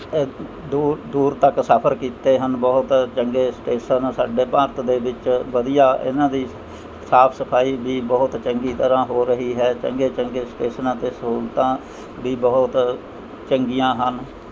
ਦੂਰ ਦੂਰ ਤੱਕ ਸਫਰ ਕੀਤੇ ਹਨ ਬਹੁਤ ਚੰਗੇ ਸਟੇਸ਼ਨ ਸਾਡੇ ਭਾਰਤ ਦੇ ਵਿੱਚ ਵਧੀਆ ਇਹਨਾਂ ਦੀ ਸਾਫ਼ ਸਫ਼ਾਈ ਵੀ ਬਹੁਤ ਚੰਗੀ ਤਰ੍ਹਾਂ ਹੋ ਰਹੀ ਹੈ ਚੰਗੇ ਚੰਗੇ ਸਟੇਸ਼ਨਾਂ 'ਤੇ ਸਹੂਲਤਾਂ ਵੀ ਬਹੁਤ ਚੰਗੀਆਂ ਹਨ